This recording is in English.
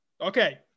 Okay